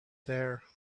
there